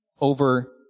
over